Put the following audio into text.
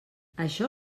això